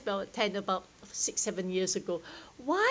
ten about six seven years ago why